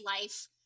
life